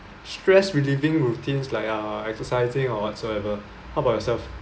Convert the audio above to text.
stress relieving routines like uh exercising or whatsoever how about yourself